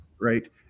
right